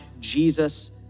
Jesus